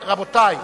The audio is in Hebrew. רבותי,